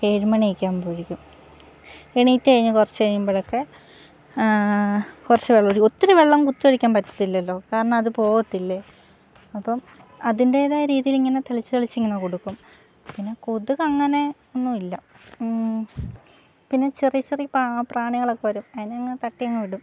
ഏഴ് മണിയൊക്കെ ആവുമ്പോൾ ഒഴിക്കും എണീറ്റ് കഴിഞ്ഞ് കുറച്ച് കഴിയുമ്പോഴൊക്കെ കുറച്ച് വെള്ളം ഒഴ് ഒത്തിരി വെള്ളം കുത്തിയൊഴിക്കാൻ പറ്റത്തില്ലല്ലോ കാരണം അത് പോവത്തില്ലേ അപ്പം അതിന്റേതായ രീതിയിലിങ്ങനെ തളിച്ച് തളിച്ച് ഇങ്ങനെ കൊടുക്കും പിന്നെ കൊതുക് അങ്ങനെ ഒന്നുവില്ല പിന്നെ ചെറിയ ചെറിയ പാ പ്രാണികളൊക്കെ വരും അതിനെ അങ്ങ് തട്ടി അങ്ങ് വിടും